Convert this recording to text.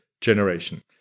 generation